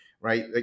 Right